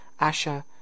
Asha